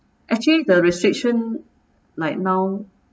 actually the restriction like now